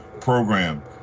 program